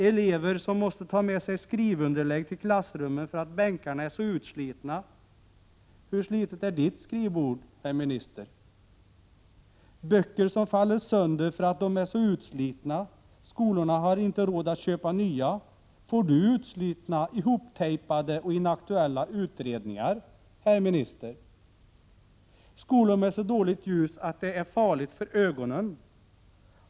+ Elever som måste ta med sig skrivunderlägg till klassrummen för att bänkarna är så utslitna. Hur slitet är ditt skrivbord herr minister? Böcker som faller sönder för att dom är så utslitna, skolorna har inte råd att köpa nya. Får du utslitna ihop-tejpade och inaktuella utredningar herr minister? + Skolor med så dåligt ljus att det är farligt för ögonen.